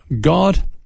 God